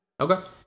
Okay